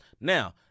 Now